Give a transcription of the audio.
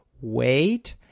wait